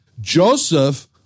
Joseph